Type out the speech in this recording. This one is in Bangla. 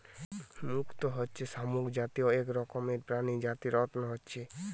মুক্ত হচ্ছে শামুক জাতীয় এক রকমের প্রাণী যাতে রত্ন হচ্ছে